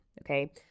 Okay